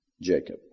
Jacob